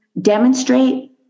demonstrate